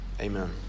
Amen